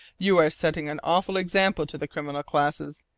you are setting an awful example to the criminal classes.